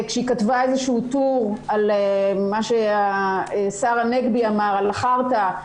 כשהיא כתבה איזשהו טור על מה שאמר השר הנגבי על החארטה,